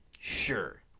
Sure